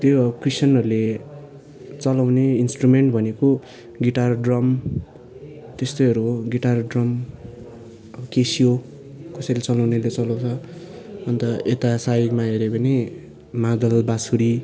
त्यो क्रिस्तानहरूले चलाउने इन्सट्रुमेन्ट भनेको गिटार ड्रम त्यस्तैहरू हो गिटार ड्रम केसियो कसैले चलाउनेले चलाउँछ अन्त यता साईमा हेऱ्यो भने मादल बाँसुरी